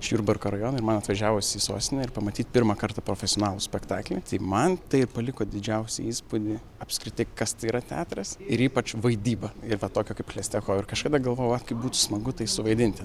iš jurbarko rajono ir man atvažiavus į sostinę ir pamatyt pirmą kartą profesionalų spektaklį tai man tai ir paliko didžiausią įspūdį apskritai kas tai yra teatras ir ypač vaidyba ir va tokia kaip chlestakovo ir kažkada galvojau vat kaip būtų smagu tai suvaidinti